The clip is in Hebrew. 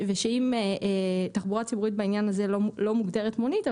אמנם תחבורה ציבורית לא מוגדרת מונית,